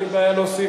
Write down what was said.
אין לי בעיה להוסיף,